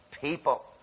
people